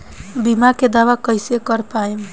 बीमा के दावा कईसे कर पाएम?